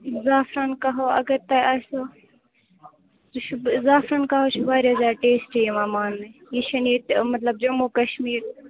زعفران قٔہوٕ اگر تۄہہِ آسٮ۪و یہِ چھُ زعفران قٔہوٕ چھُ واریاہ زیادٕ ٹیسٹی یوان ماننہٕ یہِ چھُنہٕ ییٚتہِ مطلب جموں کَشمیٖر